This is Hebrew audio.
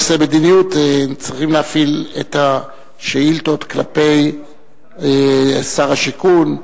בכל נושא מדיניות צריכים להפנות את השאילתות לשר השיכון,